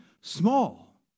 small